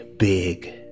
Big